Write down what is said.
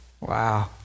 Wow